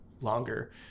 longer